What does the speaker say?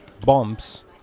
bombs